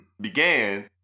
began